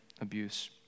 abuse